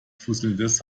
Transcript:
fusselndes